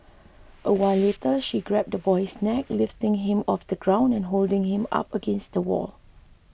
a while later she grabbed the boy's neck lifting him off the ground and holding him up against the wall